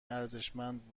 ارزشمند